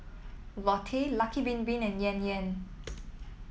Lotte Lucky Bin Bin and Yan Yan